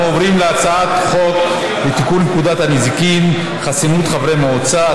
אנחנו עוברים להצעת חוק לתיקון פקודת הנזיקין (חסינות חברי מועצה),